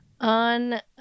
on